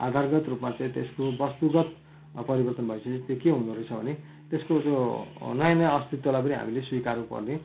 आधारगत रूपमा चाहिँ त्यसको वस्तुगत परिवर्तन भइसके पछि त्यो के हुँदो रहेछ भने त्यसको त्यो नयाँ नयाँ अस्तित्वलाई पनि हामीले स्विकार्नु पर्ने